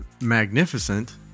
magnificent